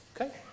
Okay